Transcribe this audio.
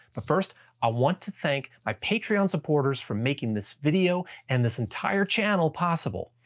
but first i want to thank my patreon supporters from making this video and this entire channel possible.